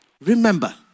Remember